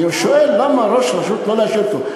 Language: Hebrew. אני שואל למה ראש רשות, לא להשאיר אותו.